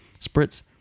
spritz